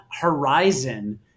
Horizon